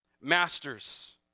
Masters